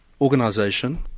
organization